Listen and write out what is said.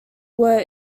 were